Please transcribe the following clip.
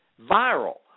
Viral